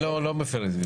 זה לא מה שאני מכירה.